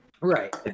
Right